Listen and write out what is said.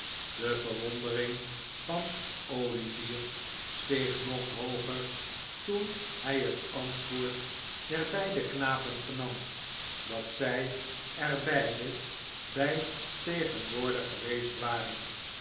de verwondering van olivier steeg nog hooger toen hij het antwoord der beide knapen vernam dat zij er beide bij tegenwoordig geweest waren